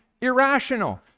irrational